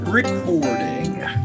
Recording